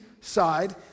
side